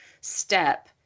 step